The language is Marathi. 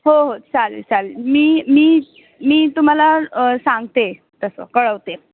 हो हो चालेल चालेल मी मी मी तुम्हाला सांगते तसं कळवते